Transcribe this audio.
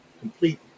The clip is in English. complete